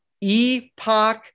epoch